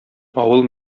авыл